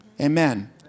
Amen